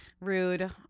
Rude